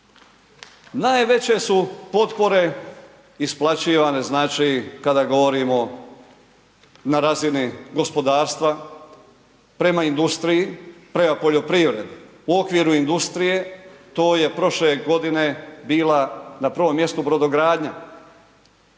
Najveće su potpore isplaćivane znači kada govorimo na razini gospodarstva prema industriji, prema poljoprivredi, u okviru industrije, to je prošle godine bila na prvom mjestu brodogradnja.